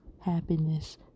happiness